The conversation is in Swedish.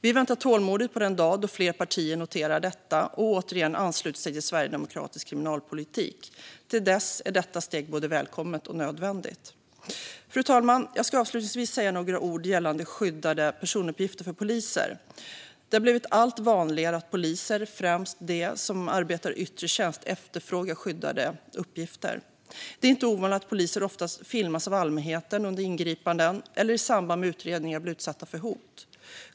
Vi väntar tålmodigt på den dag då fler partier noterar detta och återigen ansluter sig till sverigedemokratisk kriminalpolitik. Till dess är detta steg både välkommet och nödvändigt. Fru talman! Jag ska avslutningsvis säga några ord gällande skyddade personuppgifter för poliser. Det har blivit allt vanligare att poliser, främst de som arbetar i yttre tjänst, efterfrågar skyddade uppgifter. Det är inte ovanligt att poliser filmas av allmänheten under ingripanden eller i samband med utredningar blir utsatta för hot.